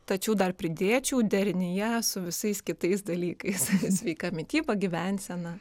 tačiau dar pridėčiau derinyje su visais kitais dalykais sveika mityba gyvensena